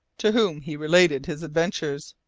to whom he related his adventures,